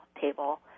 table